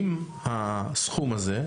עם הסכום הזה,